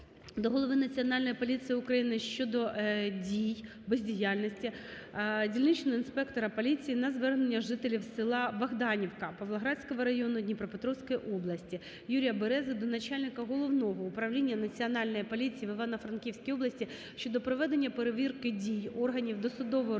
до голови Національної поліції України щодо дій (бездіяльності) дільничного інспектора поліції на звернення жителів села Богданівка Павлоградського району Дніпропетровської області. Юрія Берези до начальника Головного управління Національної поліції в Івано-Франківській області щодо проведення перевірки дій органів досудового